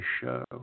show